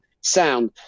sound